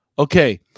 Okay